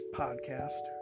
podcast